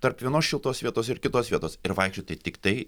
tarp vienos šiltos vietos ir kitos vietos ir vaikščioti tiktai